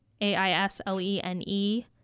A-I-S-L-E-N-E